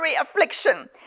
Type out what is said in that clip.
affliction